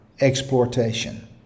exploitation